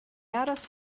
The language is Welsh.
aros